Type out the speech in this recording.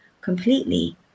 completely